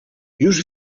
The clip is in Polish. już